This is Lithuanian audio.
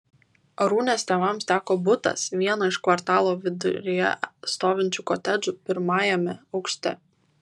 arūnės tėvams teko butas vieno iš kvartalo viduryje stovinčių kotedžų pirmajame aukšte